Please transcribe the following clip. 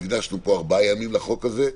הקדשנו פה ארבעה ימים לחוק הזה,